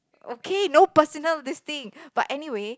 okay no personal listing but anyway